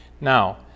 Now